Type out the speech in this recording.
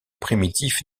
primitif